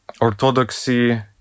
orthodoxy